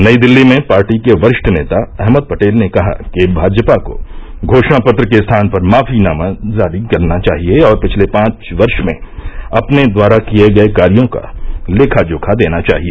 नई दिल्ली में पार्टी के वरिष्ठ नेता अहमद पटेल ने कहा कि भाजपा को घोषणापत्र के स्थान पर माफीनामा जारी करना चाहिए और पिछले पांच वर्ष में अपने द्वारा किए गए कार्यो का लेखाजोखा देना चाहिए